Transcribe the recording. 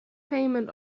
payment